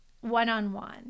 one-on-one